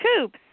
coops